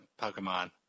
Pokemon